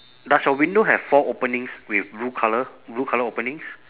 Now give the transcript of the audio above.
does your window have four openings with blue colour blue colour openings